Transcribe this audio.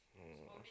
no